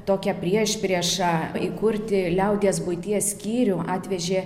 tokią priešpriešą įkurti liaudies buities skyrių atvežė